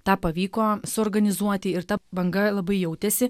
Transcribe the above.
tą pavyko suorganizuoti ir ta banga labai jautėsi